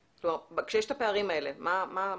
כשיש את הפערים האלה, מה עשיתם?